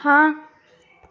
ਹਾਂ